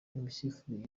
imisifurire